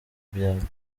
byapa